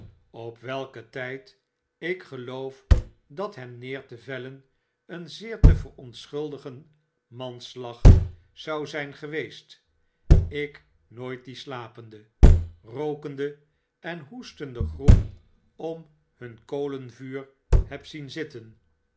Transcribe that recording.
op welken tyd ik geloof dat hem neer te vellen een zeer te verontschuldigen manslag zou zyn geweest ik nooit die slapende rookende en hoestende groep om hun kolenvuur heb zien zitten